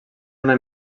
una